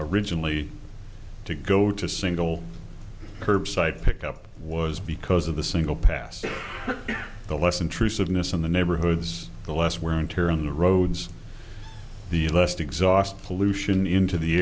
originally to go to single curbside pick up was because of the single past the less intrusive miss in the neighborhoods the less wear and tear on the roads the last exhaust pollution into the